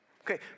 Okay